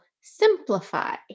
simplify